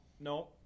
No